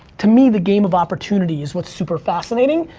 to me, the game of opportunity is what's super fascinating.